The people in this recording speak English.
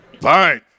Fine